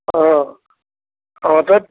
অঁ অঁ অঁ তাত